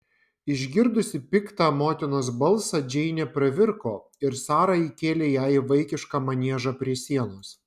išgirdusi piktą motinos balsą džeinė pravirko ir sara įkėlė ją į vaikišką maniežą prie sienos